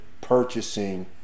purchasing